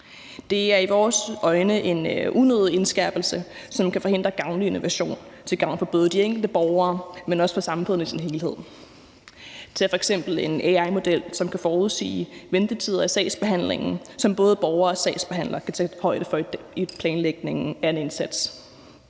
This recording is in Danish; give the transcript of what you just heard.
Det er i vores øjne en unødig indskærpelse, som kan forhindre gavnlig innovation til gavn for både de enkelte borgere, men også for samfundet i sin helhed. Tag f.eks. en AI-model, som kan forudsige ventetider i sagsbehandlingen, som både borgere og sagsbehandlere kan tage højde for i planlægningen af en indsats.